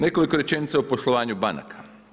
Nekoliko rečenica o poslovanju banaka.